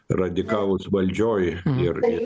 radikalus valdžioj ir